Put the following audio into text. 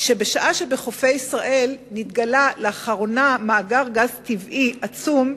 בשעה שבחופי ישראל נתגלה לאחרונה מאגר גז טבעי עצום,